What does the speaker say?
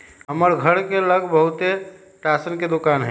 हमर घर के लग बहुते राशन के दोकान हई